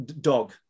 dog